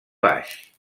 baix